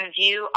view